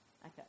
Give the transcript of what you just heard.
Okay